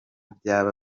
byaba